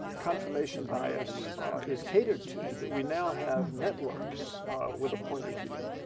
confirmation bias is catered to, that we now have networks with a point of view.